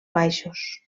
baixos